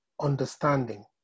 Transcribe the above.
understanding